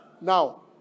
Now